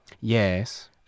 Yes